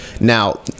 Now